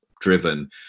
driven